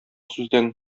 сүздән